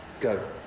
go